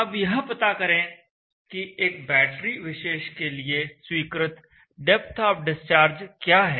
अब यह पता करें कि एक बैटरी विशेष के लिए स्वीकृत डेप्थ ऑफ डिस्चार्ज क्या है